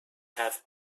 have